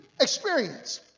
experience